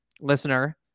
listener